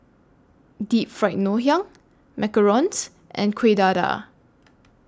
Deep Fried Ngoh Hiang Macarons and Kuih Dadar